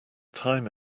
time